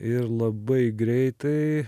ir labai greitai